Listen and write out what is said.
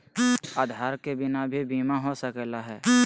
आधार के बिना भी बीमा हो सकले है?